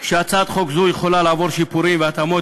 שהצעת חוק זו יכולה לעבור שיפורים והתאמות